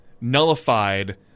nullified